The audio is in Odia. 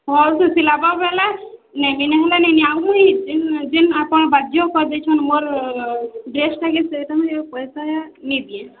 ଭଲ୍ସେ ସିଲାବ ବେଲେ ନେମି ନେ ହେଲେ ନାଇନିଏ ଆଉ ଯେନ୍ ଯେନ୍ ଆପଣ ବାଧ୍ୟ କରିଦେଇଛନ୍ ମୋର୍ ଡ୍ରେସ୍ଟା କେ ସେଟା ମୁଇଁ ପଏସା ନେଇଦିଏଁ